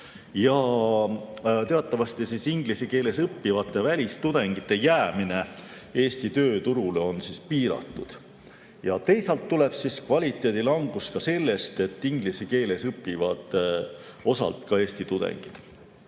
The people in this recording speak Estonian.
Ja teatavasti inglise keeles õppivate välistudengite jäämine Eesti tööturule on piiratud. Teisalt tuleb kvaliteedi langus ka sellest, et inglise keeles õpivad osalt ka Eesti tudengid.